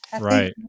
Right